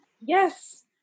Yes